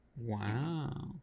Wow